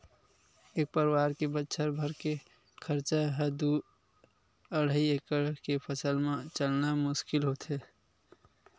एक परवार के बछर भर के खरचा ह दू अड़हई एकड़ के फसल म चलना मुस्कुल होथे